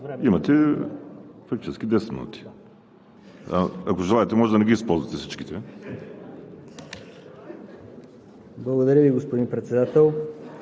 Имате фактически десет минути. Ако желаете, може да не ги използвате всичките. КРУМ ЗАРКОВ: Благодаря Ви, господин Председател.